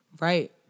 Right